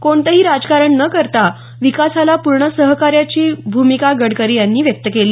कोणतंही राजकारण न करता विकासाला पूर्ण सहकार्याची भूमिका गडकरी यांनी व्यक्त केली